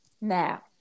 now